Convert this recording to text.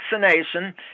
vaccination